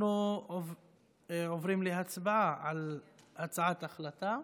אנחנו עוברים להצבעה על הצעת ההחלטה.